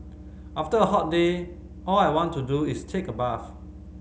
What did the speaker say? after a hot day all I want to do is take a bath